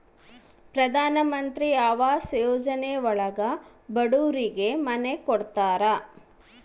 ಪ್ರಧನಮಂತ್ರಿ ಆವಾಸ್ ಯೋಜನೆ ಒಳಗ ಬಡೂರಿಗೆ ಮನೆ ಕೊಡ್ತಾರ